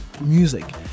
music